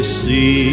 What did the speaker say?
see